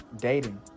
dating